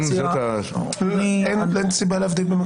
אין סיבה להבדיל.